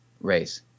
race